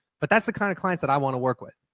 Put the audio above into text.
but that's the kind of clients i want to work with,